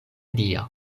dia